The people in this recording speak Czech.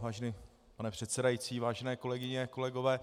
Vážený pane předsedající, vážené kolegyně a kolegové.